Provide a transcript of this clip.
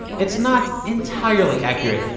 it's not entirely accurate.